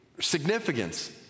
significance